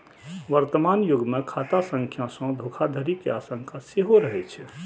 वर्तमान युग मे खाता संख्या सं धोखाधड़ी के आशंका सेहो रहै छै